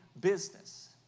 business